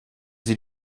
sie